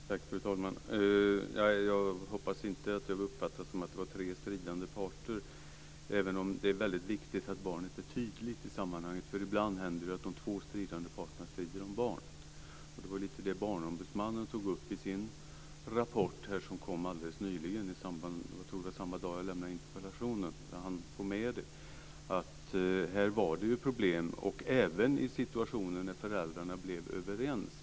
Fru talman! Jag hoppas inte att det uppfattades som att det var tre stridande parter. Men det är väldigt viktigt att barnet blir tydligt i sammanhanget, för ibland händer ju att de två stridande parterna strider om barnet. Det var lite det som Barnombudsmannen tog upp i sin rapport som kom alldeles nyligen, jag tror att det var samma dag som jag lämnade interpellationen. Jag hann få med det. Här är det ju problem även i situationer där föräldrarna blir överens.